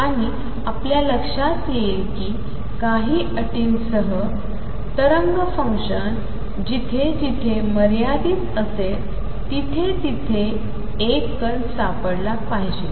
आणि आपल्या लक्षात येईल कि काही अटींसह तरंग फंक्शन जिथे जिथे मर्यादित असेल तिथे तिथे एक कण सापडला पाहिजे